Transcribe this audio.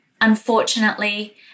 Unfortunately